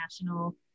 national